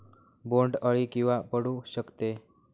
बोंड अळी केव्हा पडू शकते?